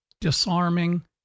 disarming